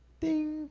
Ding